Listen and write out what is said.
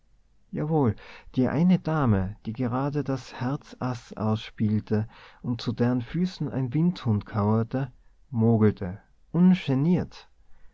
die eine dame die gerade das herz as ausspielte und zu deren füßen ein windhund kauerte mogelte ungeniert